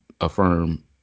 affirm